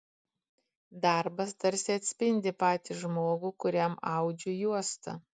darbas tarsi atspindi patį žmogų kuriam audžiu juostą